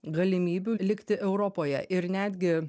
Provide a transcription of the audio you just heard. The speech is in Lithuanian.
galimybių likti europoje ir netgi